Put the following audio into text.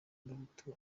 abahutu